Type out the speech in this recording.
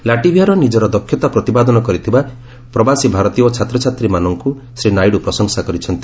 ଲାଟଭିଆରେ ନିଜର ଦକ୍ଷତା ପ୍ରତିପାଦନ କରିଥିବା ପ୍ରବାସୀ ଭାରତୀୟ ଓ ଛାତ୍ରଛାତ୍ରୀମାନଙ୍କୁ ଶ୍ରୀ ନାଇଡୁ ପ୍ରଶଂସା କରିଛନ୍ତି